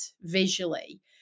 visually